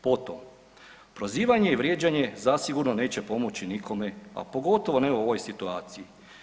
Potom, prozivanje i vrijeđanje zasigurno neće pomoći nikome, a pogotovo ne u ovoj situaciji.